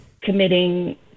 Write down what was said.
committing